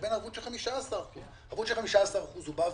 לבין ערבות של 15%. ערבות של 15% אומרת,